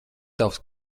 tavs